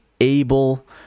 able